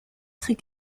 très